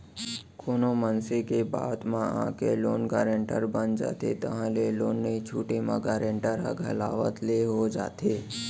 कोनो मनसे के बात म आके लोन गारेंटर बन जाथे ताहले लोन नइ छूटे म गारेंटर ह घलावत ले हो जाथे